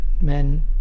men